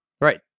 right